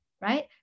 right